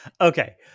Okay